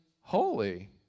holy